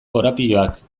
korapiloak